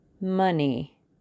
Money